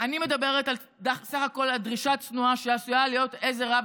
אני מדברת בסך הכול על דרישה צנועה שעשויה להיות לעזר רב